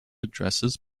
addresses